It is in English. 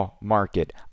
market